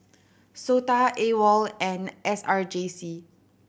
SOTA AWOL and S R J C